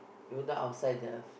even though outside the